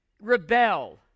rebel